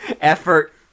Effort